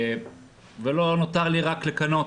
לא נותר לי אלא לקנא,